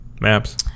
Maps